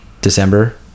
December